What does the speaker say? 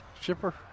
shipper